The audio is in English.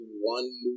one